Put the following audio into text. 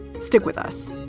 stick with us